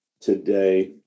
today